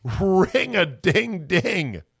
Ring-a-ding-ding